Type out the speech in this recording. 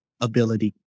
ability